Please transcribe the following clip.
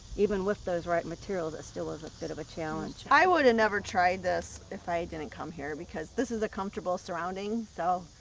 even with those right materials, it still was a bit of a challenge. i woulda never tried this if i didn't come here, because this is a comfortable surrounding, so.